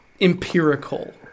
empirical